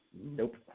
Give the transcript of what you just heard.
nope